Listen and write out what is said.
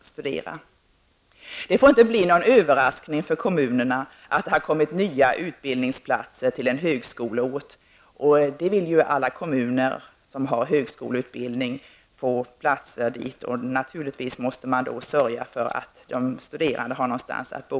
Det får inte bli någon överraskning att det har kommit nya utbildningsplatser till en högskoleort. Alla kommuner som har högskoleutbildning vill ju få platser. Naturligtvis måste man då sörja för att de studerande har någonstans att bo.